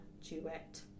duet